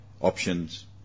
options